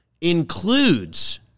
includes